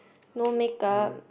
no makeup